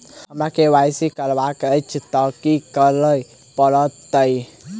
हमरा केँ Y C करेवाक अछि तऽ की करऽ पड़तै?